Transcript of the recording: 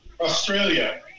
Australia